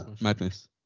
Madness